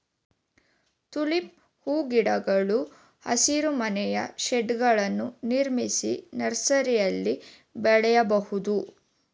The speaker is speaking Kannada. ಟುಲಿಪ್ ಹೂಗಿಡಗಳು ಹಸಿರುಮನೆಯ ಶೇಡ್ಗಳನ್ನು ನಿರ್ಮಿಸಿ ನರ್ಸರಿಯಲ್ಲಿ ಬೆಳೆಯಬೋದು